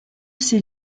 ces